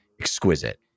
exquisite